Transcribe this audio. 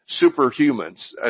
superhumans